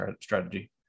strategy